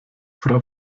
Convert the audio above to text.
frau